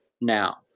now